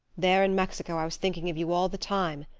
there in mexico i was thinking of you all the time,